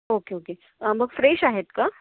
okay okay मग fresh आहेत का